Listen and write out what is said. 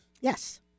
Yes